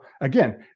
again